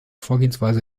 vorgehensweise